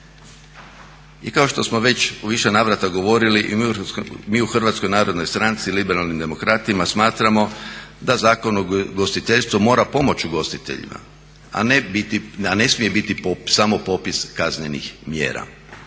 I kao što smo već u više navrata govorili i mi u Hrvatskoj narodnoj stranci liberalnim demokratima smatramo da Zakon o ugostiteljstvu mora pomoći ugostiteljima, a ne biti, a ne smije biti samo popis kaznenih mjera.